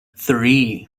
three